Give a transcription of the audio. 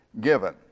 given